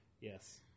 Yes